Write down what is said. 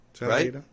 Right